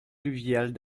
fluviales